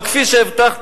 אבל כפי שהבטחתי,